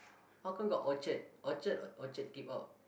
how come got Orchard Orchard or orchard keep out